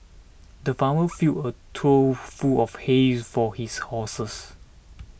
the farmer filled a tool full of hay for his horses